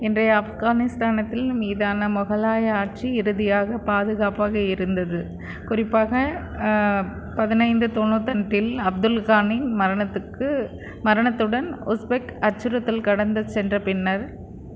இன்றைய ஆப்கானிஸ்தானத்தில் மீதான முகலாய ஆட்சி இறுதியாக பாதுகாப்பாக இருந்தது குறிப்பாக பதினைந்து தொண்ணுத்தெட்டில் அப்துல்கானின் மரணத்துக்கு மரணத்துடன் உஸ்பெக் அச்சுறுத்தல் கடந்து சென்ற பின்னர்